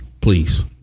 please